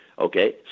Okay